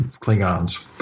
Klingons